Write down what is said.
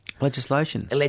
legislation